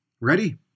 Ready